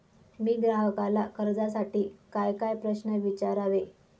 मी ग्राहकाला कर्जासाठी कायकाय प्रश्न विचारावे?